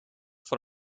van